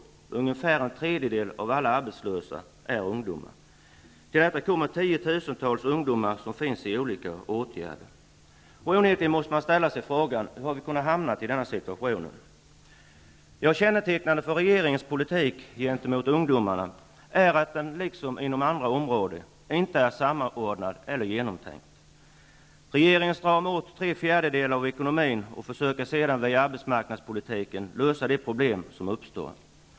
Ungefär en tredjedel av alla arbetslösa är ungdomar. Till detta kommer tiotusentals ungdomar som finns i olika åtgärder. Man måste onekligen ställa sig frågan: Hur har vi kunnat hamna i den situationen? Kännetecknande för regeringens politik gentemot ungdomarna är att den, liksom inom andra områden, inte är samordnad och genomtänkt. Regeringen stramar åt tre fjärdedelar av ekonomin och försöker sedan via arbetsmarknadspolitiken lösa de problem som uppstår.